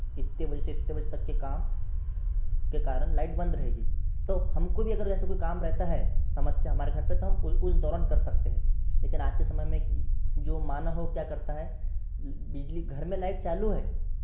इतने बजे से इतने बजे तक के काम के कारण लाइट बंद रहेगी तो हमको भी अगर ऐसा कोई काम रहता है समस्या हमारे घर पर तो हम उस उस दौरान कर सकते हैं लेकिन आज के समय में जो मानव हो क्या करता है बिजली घर में लाइट चालू है